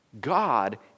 God